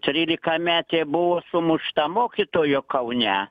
trylikametė buvo sumušta mokytojo kaune